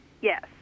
Yes